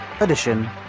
edition